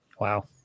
Wow